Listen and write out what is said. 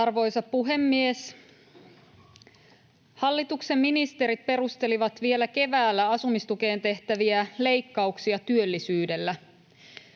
Arvoisa puhemies! Hallituksen ministerit perustelivat vielä keväällä asumistukeen tehtäviä leikkauksia työllisyydellä.